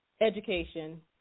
education